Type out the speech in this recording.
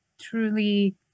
truly